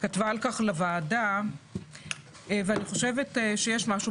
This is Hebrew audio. באישור הוועדה המשותפת, קבע אותן